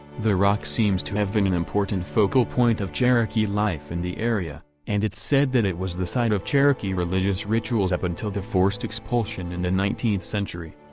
the rock seems to have been an important focal point of cherokee life in the area, and it's said that it was the site of cherokee religious rituals up until the forced expulsion in the nineteenth century.